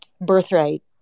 birthright